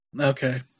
Okay